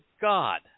God